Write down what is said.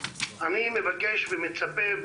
אני מבקש ומצפה,